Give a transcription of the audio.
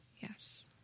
Yes